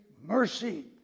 mercy